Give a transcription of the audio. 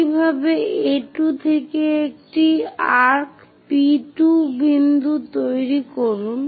একইভাবে A2 থেকে একটি আর্ক্ P2 বিন্দু তৈরি করুন